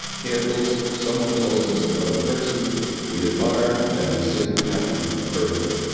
candles. someone tells us about a person we admire, and we sing happy birthday.